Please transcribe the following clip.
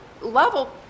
level